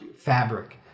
fabric